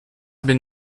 been